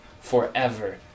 forever